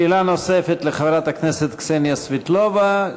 שאלה נוספת לחברת הכנסת קסניה סבטלובה.